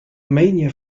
mania